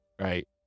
Right